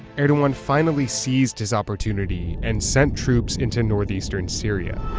erdogan finally seized his opportunity and sent troops into northeastern syria.